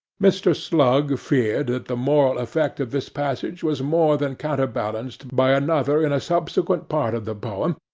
mr. slug feared that the moral effect of this passage was more than counterbalanced by another in a subsequent part of the poem,